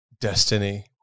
destiny